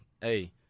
Hey